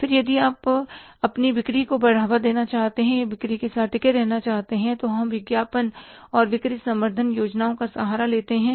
फिर यदि आप अपनी बिक्री को बढ़ावा देना चाहते हैं या बिक्री के साथ टिके रहना चाहते हैं तो हम विज्ञापन और बिक्री संवर्धन योजनाओं का सहारा लेते हैं